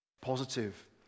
positive